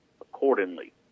accordingly